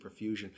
perfusion